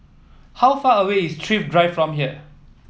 how far away is Thrift Drive from here